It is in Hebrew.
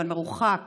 מרוחק